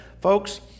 Folks